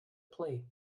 play